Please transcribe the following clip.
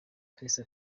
kalisa